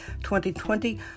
2020